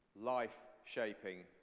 life-shaping